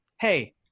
hey